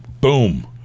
Boom